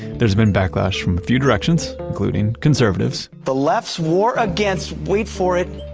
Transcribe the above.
there's been backlash from a few directions, including conservatives, the left's war against, wait for it.